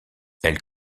elle